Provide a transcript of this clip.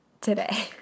today